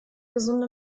gesunde